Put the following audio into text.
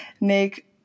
make